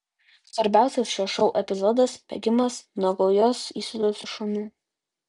svarbiausias šio šou epizodas bėgimas nuo gaujos įsiutusių šunų